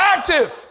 Active